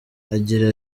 agira